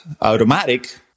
automatic